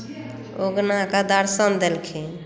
उगनाकेँ दर्शन देलखिन